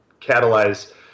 catalyze